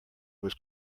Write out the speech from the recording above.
was